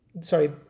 sorry